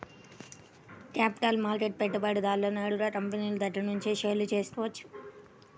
capital మార్కెట్లో పెట్టుబడిదారుడు నేరుగా కంపినీల దగ్గరనుంచే షేర్లు కొనుక్కోవచ్చు